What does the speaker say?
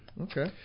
Okay